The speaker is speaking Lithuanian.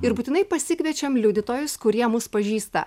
ir būtinai pasikviečiam liudytojus kurie mus pažįsta